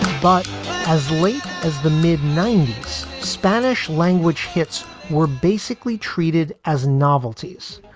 but as late as the mid ninety s, spanish language hits were basically treated as novelties,